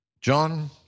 John